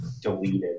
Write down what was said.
deleted